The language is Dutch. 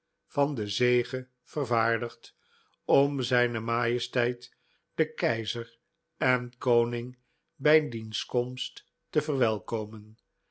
van de zege vervaardigd om zijne majesteit den keizer en koning bij diens komst te verwelkomen